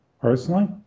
Personally